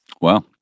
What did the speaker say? Wow